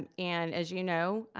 and and as you know,